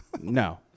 No